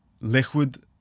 liquid